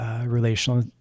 relational